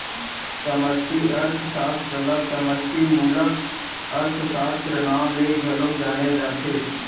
समस्टि अर्थसास्त्र ल समस्टि मूलक अर्थसास्त्र, नांव ले घलौ जाने जाथे